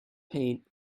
paint